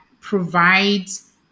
provides